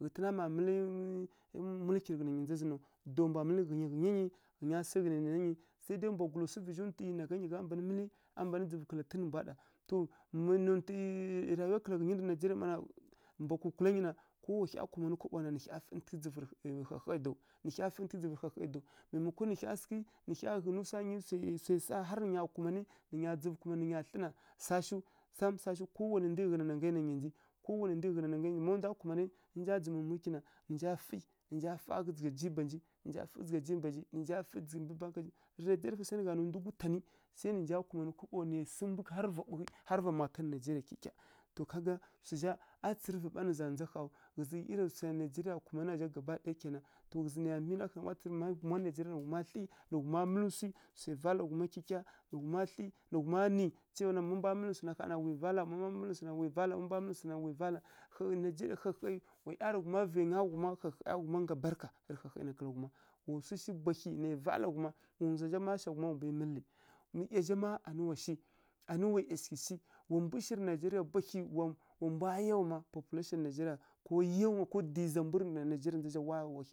Ghǝtǝna mma mǝlǝ-lǝ mǝlǝ-lǝ mulǝkyi na ndza zǝn naw, daw mbwa mǝlǝ ghǝnyi ghǝnya nyi, ghǝnya sǝ ghǝnananyi. Sai dai mbwagula swu vǝzhi ntwǝ na ghá nyi ghá mban mǝlǝ, a mban dzǝvu kǝla ghǝtǝn nǝ mbwa ɗa. To, mbǝ nigeria mma na, mbwa kukula nyi na. Ko wa hya kumanǝ kaɓo na nǝ hya fǝtǝghǝ dzǝvurǝ hahai daw nǝ hya fǝtǝghǝ dzǝvurǝ hahai daw. Mai mako nǝ hya sǝghǝ nǝ hya ghǝnǝ swa ghǝnyi swai swai sá har nǝ nya kumanǝ nǝ nya dzǝvu kuma, nǝ nya thlǝ na, swa shiw. Sam swa shiw, ko wanai ndu ghǝnanangai na nggya nji, ko wanai ndu ghǝnanangai má ndwa kumanǝ nǝ nja dzǝmǝrǝ mulǝkyi na, nǝ nja fǝi, nǝ nja fá dzǝgha jiba nji, nǝ nja fǝi dzǝgha jiba nji, nǝ nja fǝi dzǝmbǝ banka nji. ɗarǝhǝi sai nǝ gha nanǝ ndu gutanǝ sai nǝ nja kumanǝ kaɓo nai sǝ mbu har va ɓughǝ har va makǝn kyikya to ka ga swu zha, a tsǝrǝvǝ ɓa nǝ za ndza ƙha wu, ghǝzǝ iriya swai nigeria kumanǝ ra zha gaba ɗaya kai na. To ghǝzǝ niya miyi ɗahǝi nǝ ghuma thli nǝ ghuma mǝlǝ swi swai vala ghuma kyiklya. Nǝ ghuma thli, nǝ ghuma nǝ, ciyaiwa má mbwa mǝlǝ swana ƙha na, wi vala má mbwa mǝlǝ swana ƙha na wi vala, má mbwa mǝlǝ swana na wi vala, má mbwa mǝlǝ swana na wi vala, ƙhǝ nigeria hahai waˈyarighuma vainga ghuma hahaiya ghuma ngga barka, rǝ hahai na kǝla ghuma. Waswu shi bwahyi nai vala ghuma, ndzwa zha má sha ghuma na wa mbwi mǝlǝ nǝ, ˈiya zha má anǝ wa shi anǝ wa ˈyashighǝ shi, wa mbwa shi rǝ nigeria bwahyi, wa mbwa yawamá population rǝ nigeria ko yawa ko dǝyi za mbwa rǝ nigeria wa hya yawa